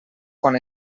quan